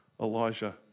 Elijah